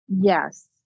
Yes